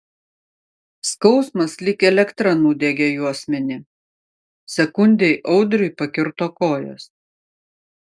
skausmas lyg elektra nudiegė juosmenį sekundei audriui pakirto kojas